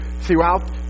throughout